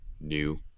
new